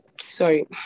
Sorry